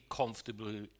comfortable